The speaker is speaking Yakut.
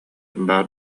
баар